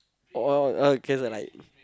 or or cause I like